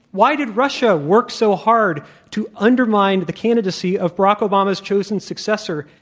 why did russia work so hard to undermine the candidacy of barack obama's chosen successor,